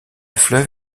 fleuve